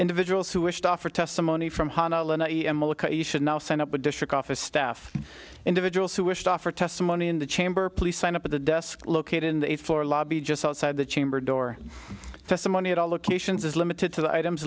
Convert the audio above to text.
individuals who wish to offer testimony from honolulu and you should now set up a district office staff individuals who wish to offer testimony in the chamber please sign up at the desk located in the floor lobby just outside the chamber door testimony at all locations is limited to the items